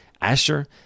Asher